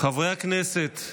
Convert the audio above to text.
חברי הכנסת.